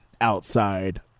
outside